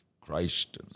Christ